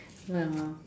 well